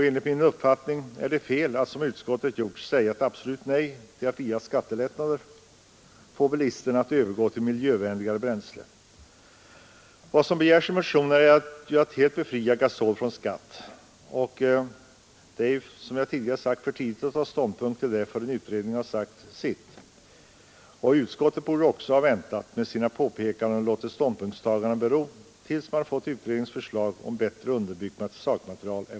Enligt min uppfattning är det fel att — som utskottet gjort — säga ett absolut nej till att via skattelättnader få bilisterna att övergå till miljövänligare bränsle. I motionen krävs att gasol skall helt befrias från skatt. Som jag tidigare sagt bör man inte ta ställning till frågan förrän utredningen avslutat sitt arbete. Utskottet borde också ha väntat med sina påpekanden och låtit ståndpunktstagandet bero tills man fått utredningens förslag och ett bättre underbyggt sakmaterial.